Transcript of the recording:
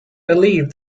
believe